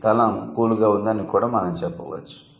ఈ స్థలం 'కూల్' గా ఉంది అని కూడా మనం చెప్పవచ్చు